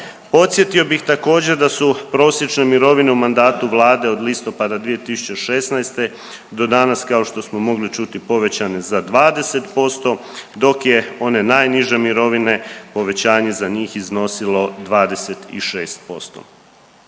Podsjetio bih također da su prosječne mirovine u mandatu vlade od listopada 2016. do danas kao što smo mogli čuti povećane za 20% dok je one najniže mirovine povećanje za njih iznosilo 26%.